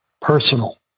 personal